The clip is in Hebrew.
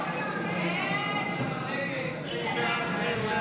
ההסתייגויות לסעיף 20